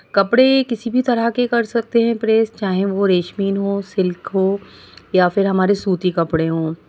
کپڑے کسی بھی طرح کے کر سکتے ہیں پریس چاہے وہ ریشمی ہو سلک ہو یا پھر ہمارے سوتی کپڑے ہوں